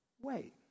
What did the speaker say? wait